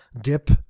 dip